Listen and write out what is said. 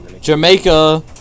Jamaica